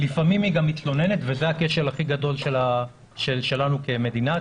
לפעמים היא גם מתלוננת וזה הכשל הכי גדול שלנו כמדינה,